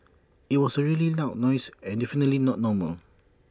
IT was A really loud noise and definitely not normal